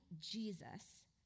Jesus